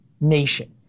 nation